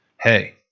hey